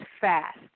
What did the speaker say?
FAST